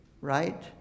right